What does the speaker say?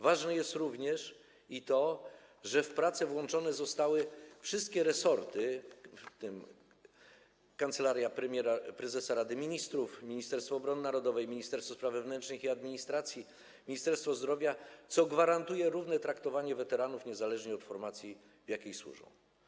Ważne jest również i to, że w prace włączone zostały wszystkie resorty, w tym Kancelaria Prezesa Rady Ministrów, Ministerstwo Obrony Narodowej, Ministerstwo Spraw Wewnętrznych i Administracji oraz Ministerstwo Zdrowia, co gwarantuje równe traktowanie weteranów niezależnie od formacji, w jakiej służą.